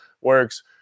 works